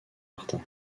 martin